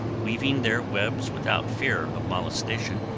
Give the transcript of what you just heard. weaving their webs without fear of molestation,